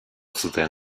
zuten